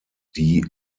die